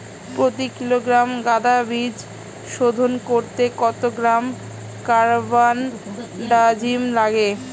প্রতি কিলোগ্রাম গাঁদা বীজ শোধন করতে কত গ্রাম কারবানডাজিম লাগে?